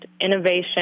innovation